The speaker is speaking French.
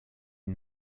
une